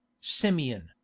simeon